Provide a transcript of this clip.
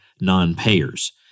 non-payers